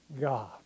God